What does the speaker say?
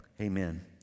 amen